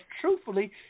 truthfully